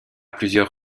plusieurs